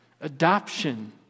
Adoption